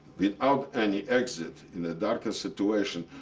without any exit in the darkest situation,